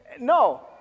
No